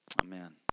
amen